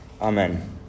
Amen